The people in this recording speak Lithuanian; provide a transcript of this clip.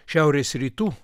šiaurės rytų